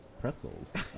pretzels